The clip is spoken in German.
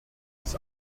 des